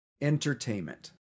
Entertainment